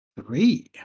Three